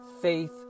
faith